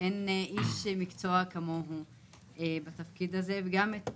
ואין איש מקצוע כמותו בתפקיד הזה וגם את